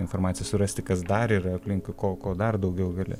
informaciją surasti kas dar yra aplinkui ko ko dar daugiau gali